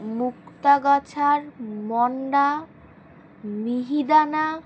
মুক্তা গাছার মন্ডা মিহিদানা